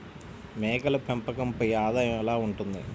మేకల పెంపకంపై ఆదాయం ఎలా ఉంటుంది?